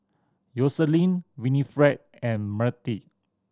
Yoselin Winnifred and Myrtie